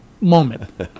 moment